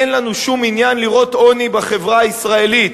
אין לנו שום עניין לראות עוני בחברה הישראלית,